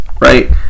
right